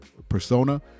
persona